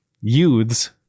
youths